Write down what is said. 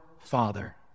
father